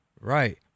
Right